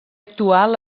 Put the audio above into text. actual